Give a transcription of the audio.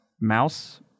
Mouse